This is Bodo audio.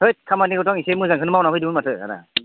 हैद खामानिखोथ' आं एसे मोजांखोनो मावना फैदोमोन माथो आदा